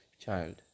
child